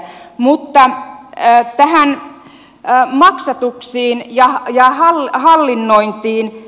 mutta näihin maksatuksiin ja hallinnointiin